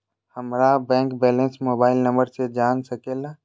हमारा bank balance mobile number से जान सके ला?